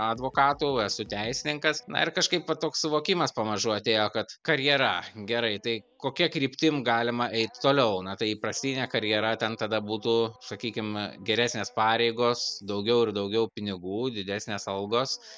advokatų esu teisininkas na ir kažkaip va toks suvokimas pamažu atėjo kad karjera gerai tai kokia kryptim galima eit toliau na tai įprastinė karjera ten tada būtų sakykim geresnės pareigos daugiau ir daugiau pinigų didesnės algos